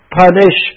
punish